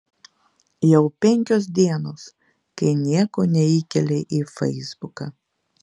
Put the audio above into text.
jau penkios dienos kai nieko neįkėlei į feisbuką